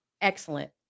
Excellent